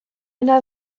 yna